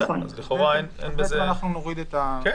נוריד את הפסקה הזאת.